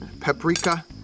paprika